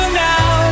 now